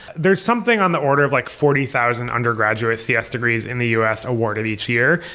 there's something on the order of like forty thousand undergraduate cs degrees in the us awarded each year,